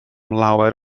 lawer